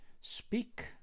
Speak